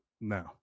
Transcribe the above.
no